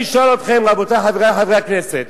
אני שואל אתכם, רבותי חברי הכנסת,